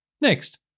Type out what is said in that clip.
Next